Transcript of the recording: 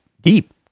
deep